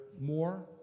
more